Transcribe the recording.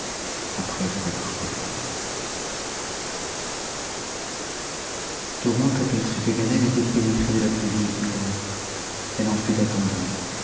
après us avoir perdue tourmente s'aperçut que ganem était pénétré de la plus vive douleur elle en fut attendrie